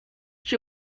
she